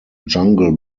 jungle